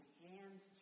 hands